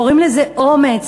קוראים לזה אומץ,